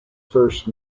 first